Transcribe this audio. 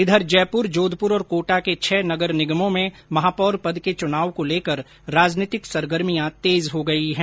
इधर जयपुर जोधपुर और कोटा के छह नगर निगमों में महापौर पद के चुनाव को लेकर राजनीतिक सरगर्मियां तेज हो गई है